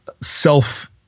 self-